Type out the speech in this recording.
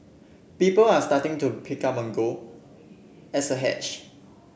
people are starting to pick up on gold as a hedge